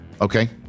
okay